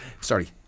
sorry